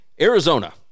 Arizona